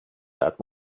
that